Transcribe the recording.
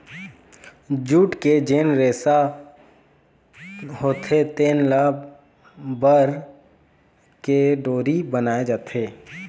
jute के जेन रेसा होथे तेन ल बर के डोरी बनाए जाथे